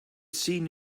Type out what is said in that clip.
seen